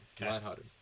Lighthearted